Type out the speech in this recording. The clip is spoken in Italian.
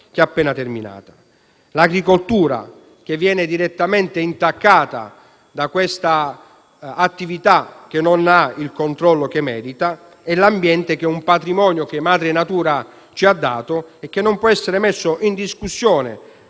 L'agricoltura viene direttamente intaccata da questa attività, che non ha il controllo che merita; l'ambiente è un patrimonio che madre natura ci ha dato e che non può essere messo in discussione